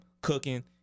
cooking